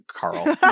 Carl